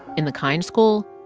in the kein school,